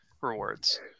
rewards